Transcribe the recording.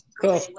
Cool